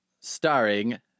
Starring